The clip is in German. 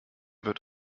wird